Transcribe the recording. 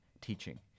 teaching